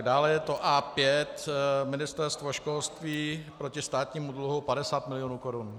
Dále je to A5 Ministerstvo školství proti státnímu dluhu, 50 milionů korun.